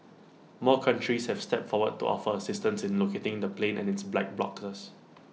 more countries have stepped forward to offer assistance in locating the plane and its black blocks